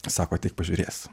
sako ateik pažiūrėsi